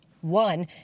One